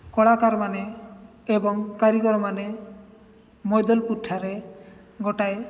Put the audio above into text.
କଳାକାରମାନେ ଏବଂ କାରିଗରମାନେ ମୈଦଲପୁରଠାରେ ଗୋଟାଏ